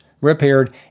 repaired